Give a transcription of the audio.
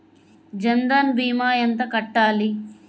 జన్ధన్ భీమా ఎంత కట్టాలి?